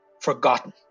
forgotten